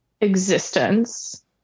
existence